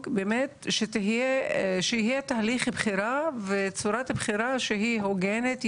באמת שיהיה תהליך בחירה וצורת הבחירה שהיא הוגנת,